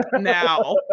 now